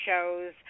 shows